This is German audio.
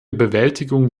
bewältigung